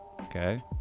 Okay